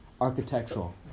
architectural